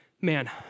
man